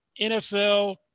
NFL